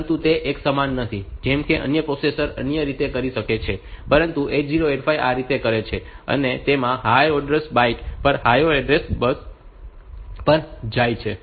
પરંતુ તે એકસમાન નથી જેમ કે અન્ય પ્રોસેસર અન્ય રીતે કરી શકે છે પરંતુ 8085 આ રીતે કરે છે અને તેમાં higher order byte higher order address પર જાય છે